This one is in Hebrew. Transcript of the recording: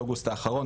באוגוסט האחרון,